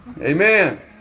Amen